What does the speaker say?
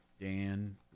dan